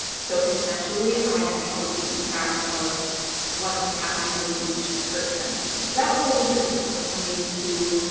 so conceptually, i had trouble keeping track of what was happening with each person, so that was a little bit difficult for me to